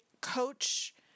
coach